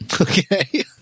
Okay